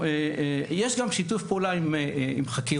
יש גם שיתוף פעולה עם חקירות.